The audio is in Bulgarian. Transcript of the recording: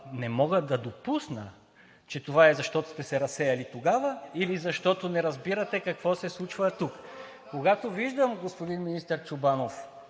не мога да допусна, че това е, защото сте се разсеяли тогава или защото не разбирате какво се случва тук! Виждам господин Чобанов